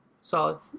Solid